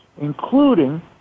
including